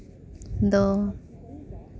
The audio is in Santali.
ᱫᱚ